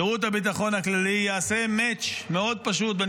שירות הביטחון הכללי יעשה match מאוד פשוט בין